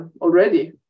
already